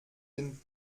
den